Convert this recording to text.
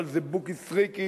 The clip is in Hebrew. אבל זה בוקי סריקי,